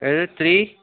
L three